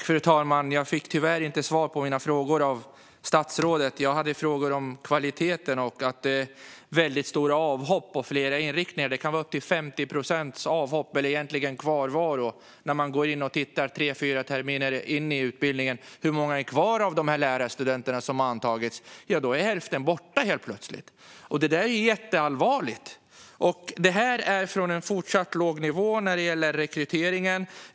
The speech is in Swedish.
Fru talman! Jag fick tyvärr inte svar på mina frågor av statsrådet. Jag hade frågor om kvaliteten och att det är stora avhopp på flera inriktningar. Det kan vara avhopp, eller egentligen kvarvaro, på upp till 50 procent. När man går in och tittar på hur många av lärarstudenterna som är kvar tre fyra terminer in i utbildningen ser man att hälften helt plötsligt är borta. Det är jätteallvarligt, och det är från en fortsatt låg nivå när det gäller rekryteringen.